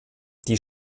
die